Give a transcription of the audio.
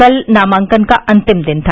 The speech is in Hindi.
कल नामांकन का अंतिम दिन था